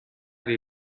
dei